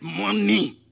money